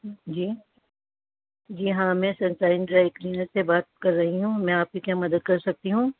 جی جی ہاں میں سن سائن ڈرائی کلنیر سے بات کر رہی ہوں میں آپ کی کیا مدد کر سکتی ہوں